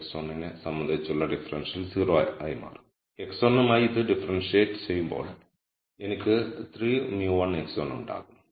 x1 നെ സംബന്ധിച്ചുള്ള differential 0 ആയി മാറും x1 മായി ഇത് ഡിഫറെൻഷിയേറ്റ് ചെയ്യുമ്പോൾ എനിക്ക് 3 μ1 x1 ഉണ്ടാകും